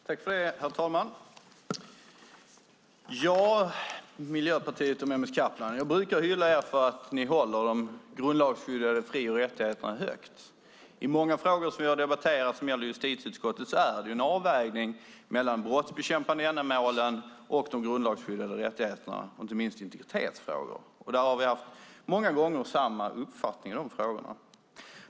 Herr talman! Jag brukar hylla er, Miljöpartiet och Mehmet Kaplan, för att ni håller de grundlagsskyddade fri och rättigheterna högt. I många frågor som vi debatterar i justitieutskottet görs en avvägning mellan de brottsbekämpande ändamålen och de grundlagsskyddade rättigheterna och inte minst integritetsfrågorna. I dessa frågor har vi många gånger haft samma uppfattning.